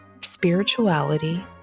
spirituality